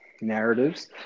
narratives